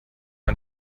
man